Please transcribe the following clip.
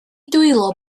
dwylo